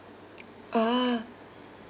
ah